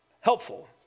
helpful